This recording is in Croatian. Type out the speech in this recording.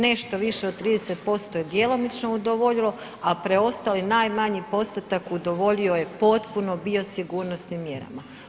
Nešto više od 30% je djelomično udovoljilo, a preostali najmanji postotak udovoljio je potpuno biosigurnosnim mjerama.